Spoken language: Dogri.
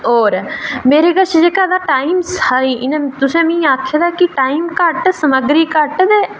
ते मेरे कश टाईम घट्ट ते तुसें मिगी आक्खे दा कि टाईम घट्ट समग्री घट्ट